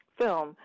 film